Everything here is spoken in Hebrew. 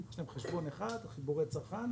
יש חשבון אחד לחיבורי צרכן.